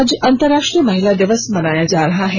आज अंतर्राष्ट्रीय महिला दिवस मनाया जा रहा है